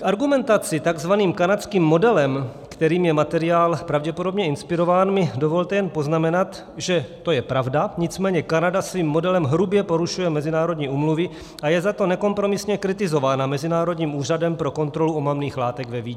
K argumentaci takzvaným kanadským modelem, kterým je materiál pravděpodobně inspirován, mi dovolte jen poznamenat, že to je pravda, nicméně Kanada svým modelem hrubě porušuje mezinárodní úmluvy a je za to nekompromisně kritizována Mezinárodním úřadem pro kontrolu omamných látek ve Vídni.